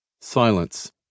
Silence